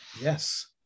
Yes